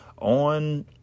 on